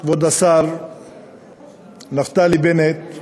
כבוד השר נפתלי בנט,